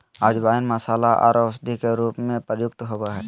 अजवाइन मसाला आर औषधि के रूप में प्रयुक्त होबय हइ